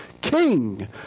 king